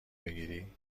بگیری